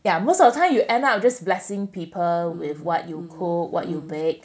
yeah most of the time you end up just blessing people with what you cook what you bake